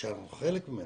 שאנחנו חלק ממנו.